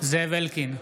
זאב אלקין,